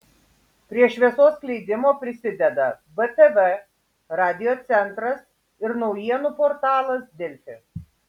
prie šviesos skleidimo prisideda btv radiocentras ir naujienų portalas delfi